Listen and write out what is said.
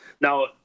now